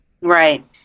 Right